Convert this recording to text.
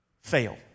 fail